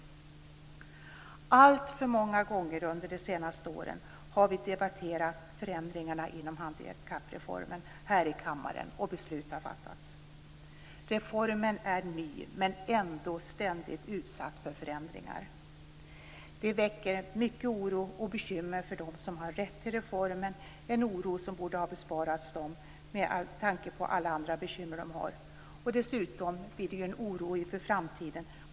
Alltför många gånger under de senaste åren har vi debatterat förändringarna inom handikappreformen här i kammaren, och beslut har fattats. Reformen är ny men ändå ständigt utsatt för förändringar. Det väcker mycket oro och bekymmer för dem som har rätt till reformen, en oro som borde ha besparats dem med tanke på alla andra bekymmer de har. Dessutom blir det ju också en oro för framtiden.